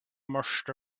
most